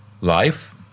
life